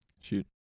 Shoot